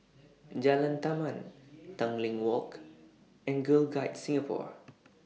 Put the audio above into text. Jalan Taman Tanglin Walk and Girl Guides Singapore